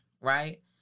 right